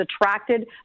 attracted